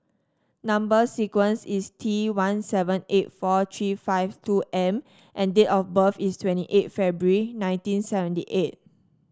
number sequence is T one seven eight four three five two M and date of birth is twenty eight February nineteen seventy eight